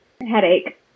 headache